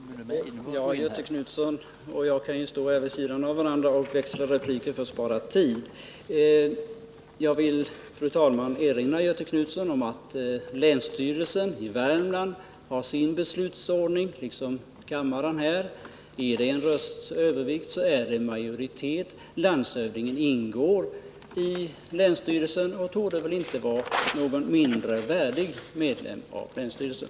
Fru talman! Göthe Knutson och jag kan ju för att spara tid stå här vid sidan av varandra och växla repliker. Jag vill, fru talman, erinra Göthe Knutson om att länsstyrelsen i Värmland har sin beslutsordning liksom kammaren här har sin. Är det en rösts övervikt, är det majoritet. Landshövdingen ingår i länsstyrelsen och torde väl inte vara någon mindre värdig medlem av länsstyrelsen.